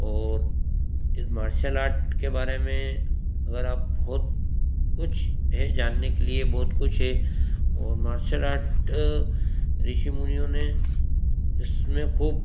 और इस martial art के बारे में अगर आप बहुत कुछ है जानने के लिए बहुत कुछ है और मार्शल आर्ट ऋषि मुनियों ने इसमें खूब